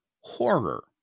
Horror